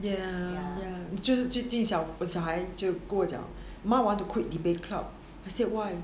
ya ya 就是最近小我孩就跟我讲 mah I want to quick debate club I say why